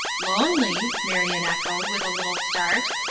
lonely! marion echoed, with a little start.